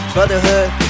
Brotherhood